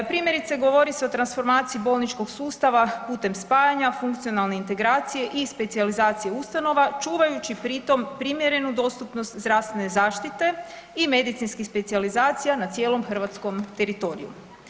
Primjerice govori se o transformaciji bolničkog sustava putem spajanja funkcionalne integracije i specijalizacije ustanova čuvajući pri tom primjerenu dostupnost zdravstvene zaštite i medicinskih specijalizacija na cijelom hrvatskom teritoriju.